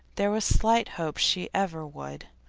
there was slight hope she ever would.